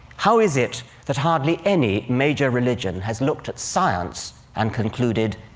how is it that hardly any major religion has looked at science and concluded,